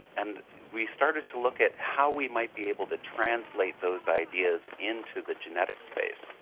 and we started to look at how we might be able to translate those ideas into the genetic space.